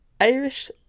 Irish